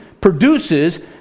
produces